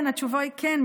כן, התשובה היא כן.